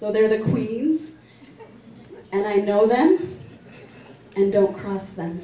so they're the queens and i know them and don't cross the